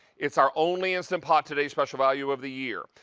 it's our only instant pot today's special value of the year.